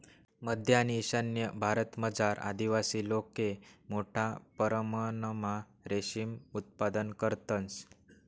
मध्य आणि ईशान्य भारतमझार आदिवासी लोके मोठा परमणमा रेशीम उत्पादन करतंस